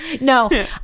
no